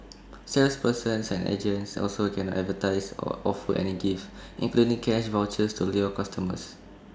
salespersons and agents also cannot advertise or offer any gifts including cash vouchers to lure customers